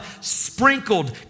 sprinkled